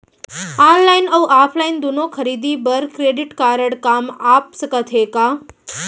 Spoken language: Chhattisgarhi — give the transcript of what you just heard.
ऑनलाइन अऊ ऑफलाइन दूनो खरीदी बर क्रेडिट कारड काम आप सकत हे का?